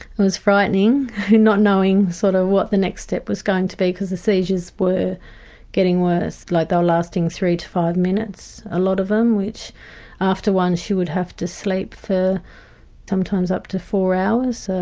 it was frightening not knowing sort of what the next step was going to be because the seizures were getting worse, like they were lasting three to five minutes a lot of them, which after one she would have to sleep for sometimes up to four hours.